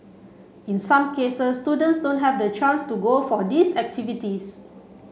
in some cases students don't have the chance to go for these activities